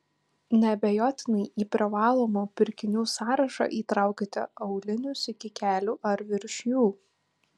neabejotinai į privalomų pirkinių sąrašą įtraukite aulinius iki kelių ar virš jų